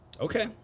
Okay